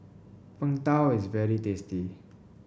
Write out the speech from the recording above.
Png Tao is very tasty